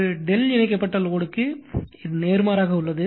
ஒரு Δ இணைக்கப்பட்ட லோடுக்கு நேர்மாறாக உள்ளது